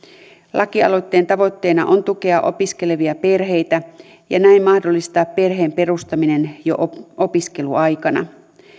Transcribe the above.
lakialoitteen tavoitteena on tukea opiskelevia perheitä ja näin mahdollistaa perheen perustaminen jo opiskeluaikana